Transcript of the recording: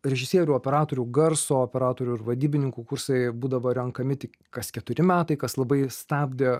režisierių operatorių garso operatorių ir vadybininkų kursai būdavo renkami tik kas keturi metai kas labai stabdė